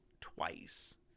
twice